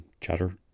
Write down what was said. chatter